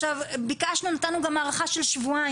עכשיו ביקשנו, נתנו גם הארכה של שבועיים.